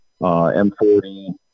m40